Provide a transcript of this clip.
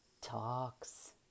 talks